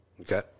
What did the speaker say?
Okay